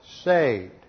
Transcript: saved